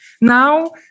Now